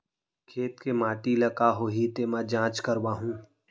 खेत के माटी ल का होही तेमा जाँच करवाहूँ?